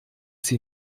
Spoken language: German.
sie